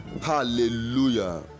Hallelujah